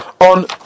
on